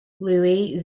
louis